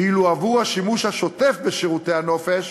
ואילו עבור השימוש השוטף בשירותי הנופש